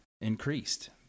increased